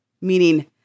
Meaning